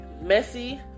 Messy